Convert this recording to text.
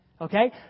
Okay